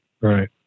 Right